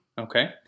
Okay